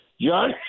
John